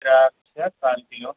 ద్రాక్ష కాల్ కిలో